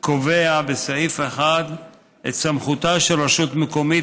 קובע בסעיף 1 את סמכותה של רשות מקומית